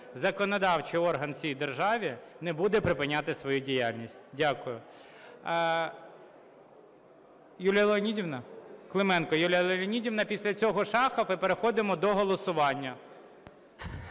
законодавчий орган в цій державі не буде припиняти свою діяльність. Дякую. Юлія Леонідівна? Клименко Юлія Леонідівна. Після цього Шахов. І переходимо до голосування.